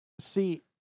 See